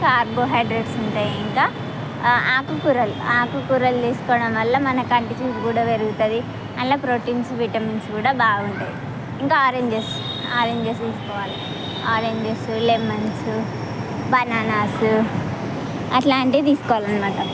carbohydrates ఉంటాయి ఇంకా ఆకుకూరలు ఆకుకూరలు తీసుకోవడం వల్ల మన కంటిచూపు కూడా పెరుగుతుంది అలా ప్రోటీన్స్ విటమిన్స్ కూడా బాగా ఉంటాయి ఇంకా ఆరెంజెస్ ఆరెంజెస్ తీసుకోవాలి ఆరెంజెస్ లెమన్స్ బనానాస్ అట్లాంటివి తీసుకోవాలనమాట